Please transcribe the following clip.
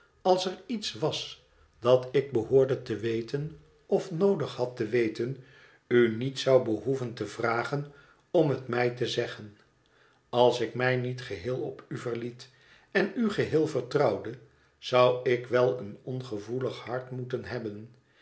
als er iets was dat ik behoorde te weten of noodig had te weten u niet zou behoeven te vragen om het mij te zeggen als ik mij niet geheel op u verliet en u geheel vertrouwde zou ik wel een ongevoelig hart moeten hebben